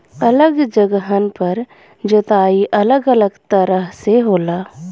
अलग जगहन पर जोताई अलग अलग तरह से होला